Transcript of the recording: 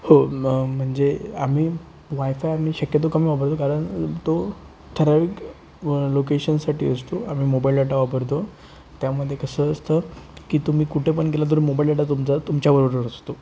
हो मग म्हणजे आम्ही वाय फाय आम्ही शक्यतो कमी वापरतो कारण तो ठराविक लोकेशनसाठी असतो आम्ही मोबाईल डाटा वापरतो त्यामध्ये कसं असतं की तुम्ही कुठे पण गेलं तर मोबाईल डेटा तुमचा तुमच्याबरोबर असतो